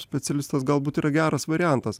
specialistas galbūt yra geras variantas